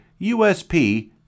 USP